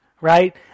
right